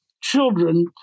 children